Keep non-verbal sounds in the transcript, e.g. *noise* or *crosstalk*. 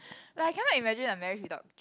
*breath* like I cannot imagine a marriage without children